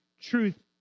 truth